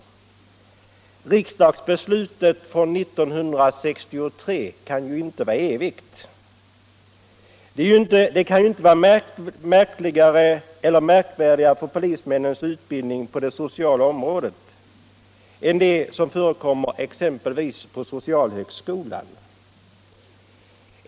Och riksdagsbeslutet från 1963 kan ju inte vara evigt. Polismännens utbildning på det sociala området kan inte vara märkvärdigare än den som förekommer exempelvis vid socialhögskolan.